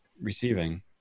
receiving